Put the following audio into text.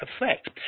effect